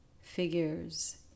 figures